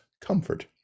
comfort